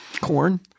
corn